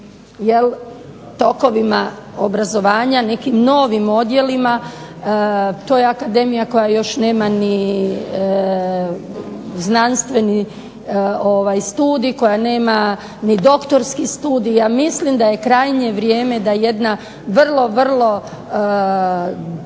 tokovima obrazovanja, nekim novim odjelima. To je akademija koja još nema ni znanstveni studij, koja nema ni doktorski studij, a mislim da je krajnje vrijeme da jedna vrlo, vrlo